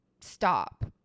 Stop